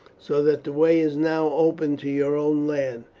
so that the way is now open to your own land.